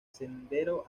sendero